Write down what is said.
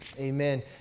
Amen